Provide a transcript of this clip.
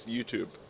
YouTube